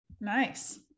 Nice